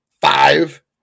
five